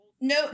No